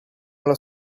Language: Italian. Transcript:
alla